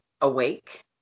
awake